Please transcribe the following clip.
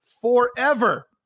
forever